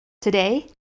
Today